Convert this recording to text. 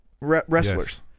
wrestlers